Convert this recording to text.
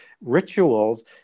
rituals